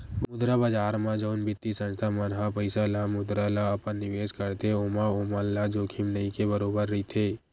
मुद्रा बजार म जउन बित्तीय संस्था मन ह पइसा ल मुद्रा ल अपन निवेस करथे ओमा ओमन ल जोखिम नइ के बरोबर रहिथे